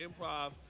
improv